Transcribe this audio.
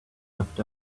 left